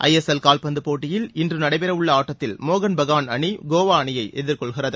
ISL கால்பந்து போட்டியில் இன்று நடைபெறவுள்ள ஆட்டத்தில் மோகன் பகான் அணி கோவா அணியை எதிர்கொள்கிறது